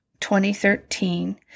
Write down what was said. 2013